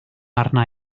arna